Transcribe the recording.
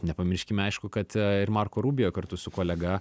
nepamirškime aišku kad marko rubio kartu su kolega